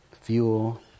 Fuel